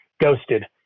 ghosted